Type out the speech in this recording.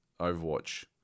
Overwatch